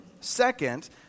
Second